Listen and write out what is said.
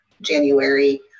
January